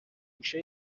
گوشه